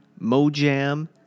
Mojam